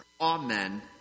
Amen